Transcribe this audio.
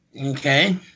Okay